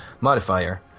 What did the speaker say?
modifier